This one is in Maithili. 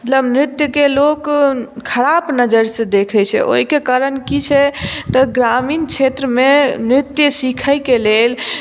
मतलब नृत्यकेँ लोक खराप नजरि सॅं देखै छै ओहिकेँ कारण तऽ की छै ग्रामीण क्षेत्रमे नृत्य सिखैकेँ लेल